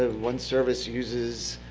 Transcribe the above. ah one service uses